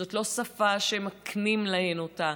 זו לא שפה שמקנים להן אותה.